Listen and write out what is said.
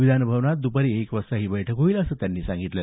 विधानभवनामध्ये द्पारी एक वाजता ही बैठक होईल असंही त्यांनी सांगितलं